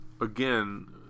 again